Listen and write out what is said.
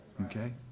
Okay